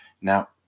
Now